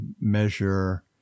measure